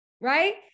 right